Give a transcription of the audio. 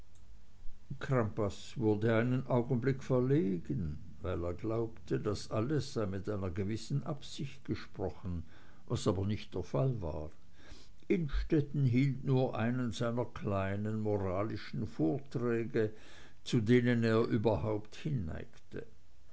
crampas wurde einen augenblick verlegen weil er glaubte das alles sei mit einer gewissen absicht gesprochen was aber nicht der fall war innstetten hielt nur einen seiner kleinen moralischen vorträge zu denen er überhaupt